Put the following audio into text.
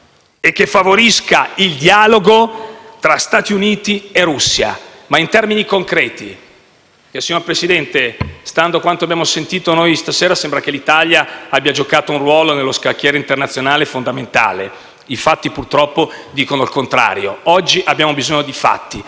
e che favorisca il dialogo tra Stati Uniti e Russia, ma in termini concreti. Signor Presidente, stando a quanto abbiamo sentito questa sera sembra che l'Italia abbia giocato un ruolo fondamentale nello scacchiere internazionale: i fatti, purtroppo, dicono il contrario. Oggi abbiamo bisogno di fatti